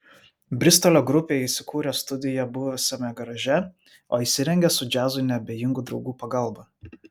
bristolio grupė įsikūrė studiją buvusiame garaže o įsirengė su džiazui neabejingų draugų pagalba